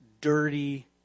dirty